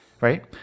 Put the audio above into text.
right